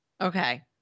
Okay